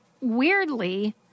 weirdly